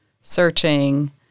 searching